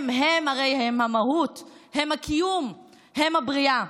הם הרי המהות, הם הקיום, הם הבריאה.